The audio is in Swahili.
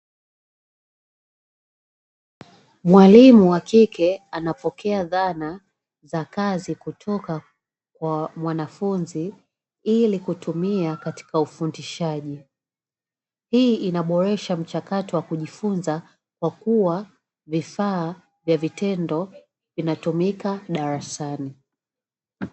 Mwalimu wa kike anapokea zana za kazi kutoka kwa mwanafunzi, ili kutumia katika ufundishaji. Hii inaboresha mchakato wa kujifunza kwa kuwa vifaa vya vitendo vinatumika darasani.